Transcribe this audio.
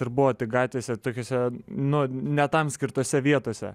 ir buvo tik gatvėse tokiose nu ne tam skirtose vietose